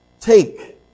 take